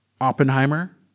Oppenheimer